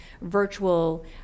virtual